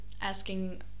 asking